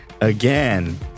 again